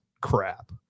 crap